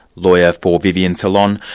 lawyer for vivian solon,